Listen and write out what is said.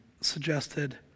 suggested